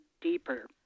deeper